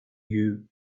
you